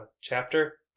chapter